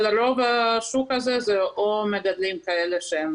אבל רוב השוק הזה זה או מגדלים כאלה שהם